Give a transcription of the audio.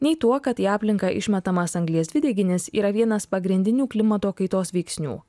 nei tuo kad į aplinką išmetamas anglies dvideginis yra vienas pagrindinių klimato kaitos veiksnių